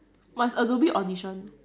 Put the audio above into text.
but it's adobe audition